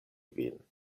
vin